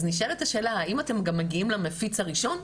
אז נשאלת השאלה האם אתם גם מגיעים למפיץ הראשון?